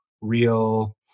real